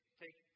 take